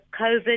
COVID